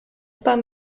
bahn